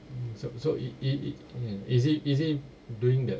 so so it it it is it is it doing the